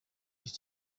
gice